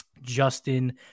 Justin